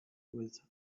with